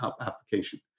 application